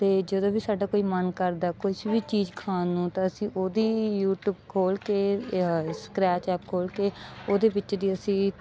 ਅਤੇ ਜਦੋਂ ਵੀ ਸਾਡਾ ਕੋਈ ਮਨ ਕਰਦਾ ਕੁਝ ਵੀ ਚੀਜ਼ ਖਾਣ ਨੂੰ ਤਾਂ ਅਸੀਂ ਉਹਦੀ ਯੂਟੀਊਬ ਖੋਲ੍ਹ ਕੇ ਸਕਰੈਚ ਐਪ ਖੋਲ੍ਹ ਕੇ ਉਹਦੇ ਵਿੱਚ ਦੀ ਅਸੀਂ